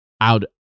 out